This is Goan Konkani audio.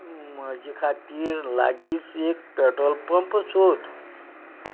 म्हजे खातीर लागींच एक पॅट्रोल पंप सोद